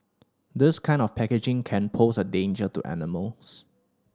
this kind of packaging can pose a danger to animals